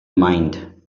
mind